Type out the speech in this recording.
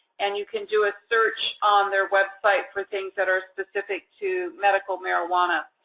and you can do a search on their website for things that are specific to medical marijuana.